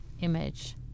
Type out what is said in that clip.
image